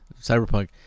cyberpunk